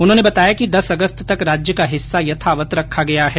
उन्होंने बताया कि दस अगस्त तक राज्य का हिस्सा यथावत रखा गया है